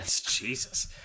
Jesus